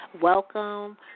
welcome